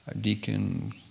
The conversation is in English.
Deacon